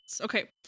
Okay